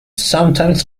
sometimes